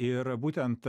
ir būtent